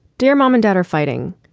dear mom and dad are fighting.